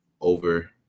Over